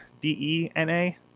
d-e-n-a